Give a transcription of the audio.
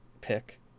pick